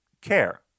care